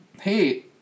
hey